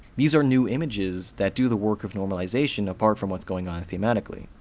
these are new images that do the work of normalization apart from what's going on thematically.